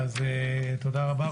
תודה רבה.